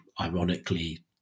ironically